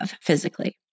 physically